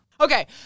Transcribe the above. Okay